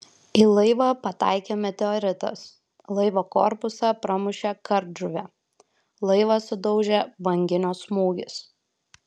į laivą pataikė meteoritas laivo korpusą pramušė kardžuvė laivą sudaužė banginio smūgis